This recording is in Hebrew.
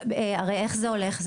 הרי איך זה הולך?